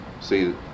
See